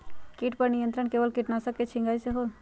किट पर नियंत्रण केवल किटनाशक के छिंगहाई से होल?